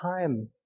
time